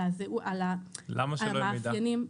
על המאפיינים.